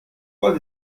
pas